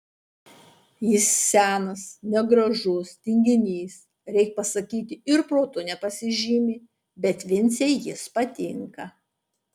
jis senas negražus tinginys reik pasakyti ir protu nepasižymi bet vincei jis patinka